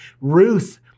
Ruth